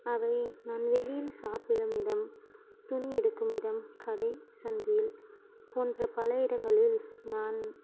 அவை நான் வெளியில் சாப்பிடும் இடம் துணி எடுக்கும் இடம் கடை சந்தையில் போன்ற பல இடங்களில் நான்